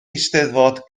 eisteddfod